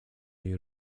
jej